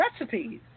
recipes